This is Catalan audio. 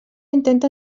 intenta